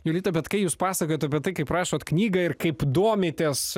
jolita bet kai jūs pasakojat apie tai kaip rašot knygą ir kaip domitės